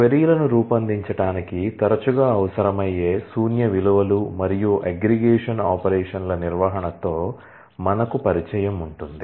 క్వరీలను రూపొందించడానికి తరచుగా అవసరమయ్యే శూన్య విలువలు మరియు అగ్రిగేషన్ ఆపరేషన్ల నిర్వహణతో మనకు పరిచయం ఉంటుంది